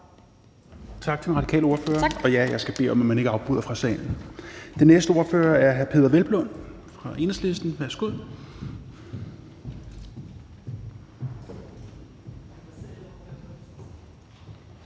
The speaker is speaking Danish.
Tak til den radikale ordfører. Og jeg skal bede om, at man ikke afbryder fra salen. Den næste ordfører er hr. Peder Hvelplund fra Enhedslisten. Værsgo.